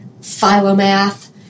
Philomath